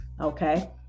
okay